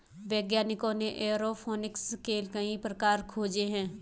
वैज्ञानिकों ने एयरोफोनिक्स के कई प्रकार खोजे हैं